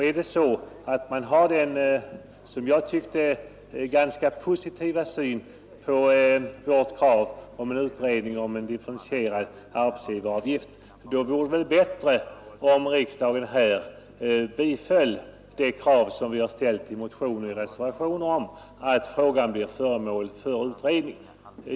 Är det så att man har en positiv syn på vårt krav om en utredning om en differentierad arbetsgivaravgift, vore det bättre om riksdagen här biföll det krav som vi har ställt i motionen och reservationen om att frågan skall bli föremål för utredning.